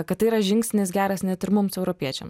kad tai yra žingsnis geras net ir mums europiečiam